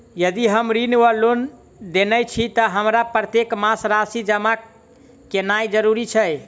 यदि हम ऋण वा लोन लेने छी तऽ हमरा प्रत्येक मास राशि जमा केनैय जरूरी छै?